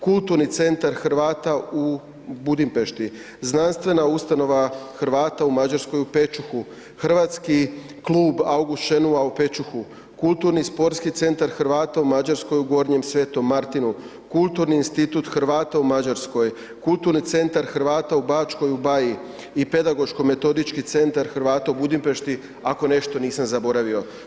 Kulturni centar Hrvata u Budimpešti, Znanstvena ustanova Hrvata u Mađarskoj u Pečuhu, Hrvatski klub August Šenoa u Pečuhu, Kulturni sportski centar Hrvata u Mađarskoj u Gornjem sv. Martinu, Kulturni institut Hrvata u Mađarskoj, Kulturni centar Hrvata u Bačkoj u Baji i Pedagoško metodički centar Hrvata u Budimpešti, ako nešto nisam zaboravio.